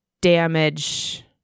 damage